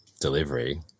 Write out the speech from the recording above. delivery